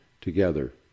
together